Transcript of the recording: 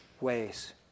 ways